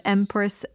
Empress